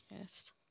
Yes